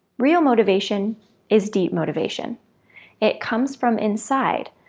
real motivation is deep motivation it comes from inside,